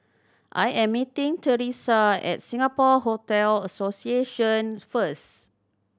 I am meeting Theresa at Singapore Hotel Association first